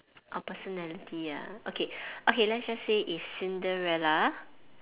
our personality ah okay okay let's just say if Cinderella